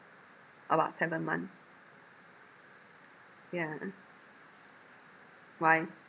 about seven months yeah why